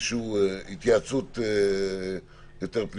לקיום התייעצות פנימית.